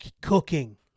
Cooking